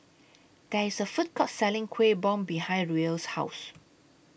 There IS A Food Court Selling Kuih Bom behind Ruel's House